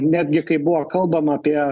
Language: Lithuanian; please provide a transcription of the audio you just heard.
netgi kai buvo kalbama apie